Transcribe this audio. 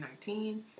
2019